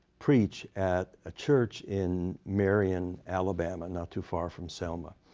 preach at a church in marion, alabama, not too far from selma.